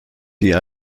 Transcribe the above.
die